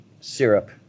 syrup